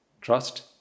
trust